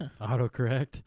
Autocorrect